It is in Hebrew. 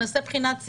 נעשה בחינת ציר,